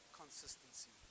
consistency